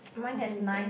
windows